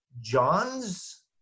John's